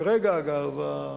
כרגע, אגב,